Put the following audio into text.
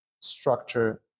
structure